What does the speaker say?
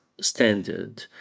standard